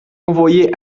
envoyés